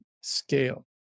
scale